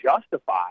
justify